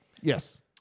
Yes